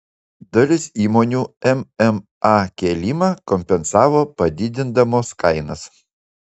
dalis įmonių mma kėlimą kompensavo padidindamos kainas